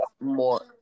more